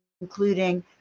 including